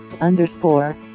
underscore